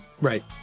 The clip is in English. Right